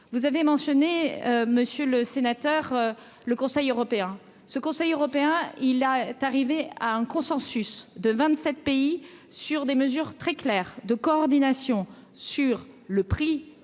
vous avez mentionné, monsieur le sénateur, le Conseil européen ce Conseil européen, il a t'arriver à un consensus de 27 pays sur des mesures très claires de coordination sur le prix du